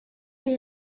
dei